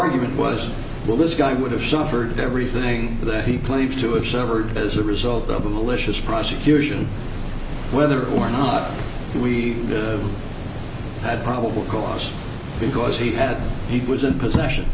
argument was well this guy would have suffered everything that he pledged to if severed as a result of the militias prosecution whether or not we had probable cause because he had he was in possession